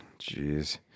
Jeez